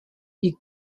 est